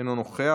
אינו נוכח,